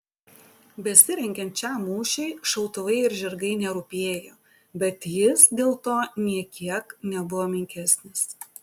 besirengiant šiam mūšiui šautuvai ir žirgai nerūpėjo bet jis dėl to nė kiek nebuvo menkesnis